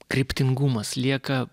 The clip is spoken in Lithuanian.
kryptingumas lieka